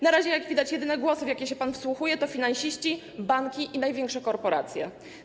Na razie, jak widać, jedyne głosy, w jakie się pan wsłuchuje, to finansiści, banki i największe korporacje.